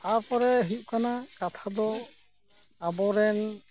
ᱛᱟᱯᱚᱨᱮ ᱦᱩᱭᱩᱜ ᱠᱟᱱᱟ ᱠᱟᱛᱷᱟ ᱫᱚ ᱟᱵᱚ ᱨᱮᱱ